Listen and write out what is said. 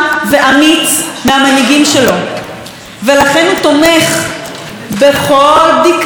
ולכן הוא תומך בכל בדיקה, בכל משאל, בכל מקום.